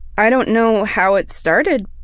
i don't know how it started,